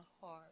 heart